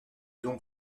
donc